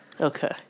Okay